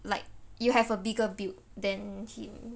like you have a bigger build than him